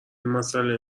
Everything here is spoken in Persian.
مسئله